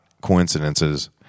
coincidences